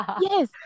Yes